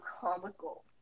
comical